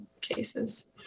cases